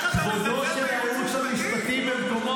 --- בושה ככה לדבר נגד יועצים משפטיים, מיקי?